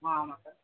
ஆ ஆமாம் சார்